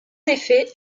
effet